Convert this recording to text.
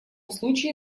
случае